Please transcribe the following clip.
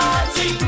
Party